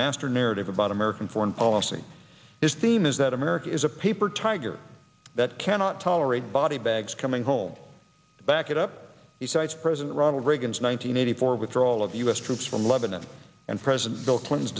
master narrative about american foreign policy his theme is that america is a paper tiger that cannot tolerate body bags coming home back it up he cites president ronald reagan's one nine hundred eighty for withdrawal of u s troops from lebanon and president bill clinton's